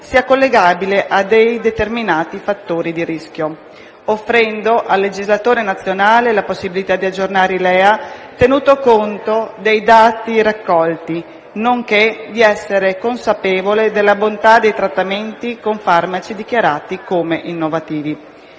sia collegabile a dei determinati fattori di rischio, offrendo al legislatore nazionale la possibilità di aggiornare i livelli essenziali di assistenza (LEA) tenuto conto dei dati raccolti, nonché di essere consapevole della bontà dei trattamenti con farmaci dichiarati come innovativi.